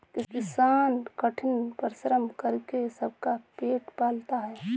किसान कठिन परिश्रम करके सबका पेट पालता है